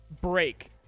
break